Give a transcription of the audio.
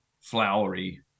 flowery